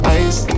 ice